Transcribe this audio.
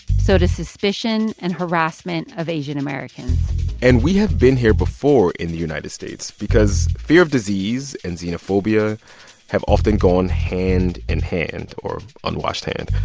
so does suspicion and harassment of asian americans and we have been here before in the united states because fear of disease and xenophobia have often gone hand in hand or unwashed hand.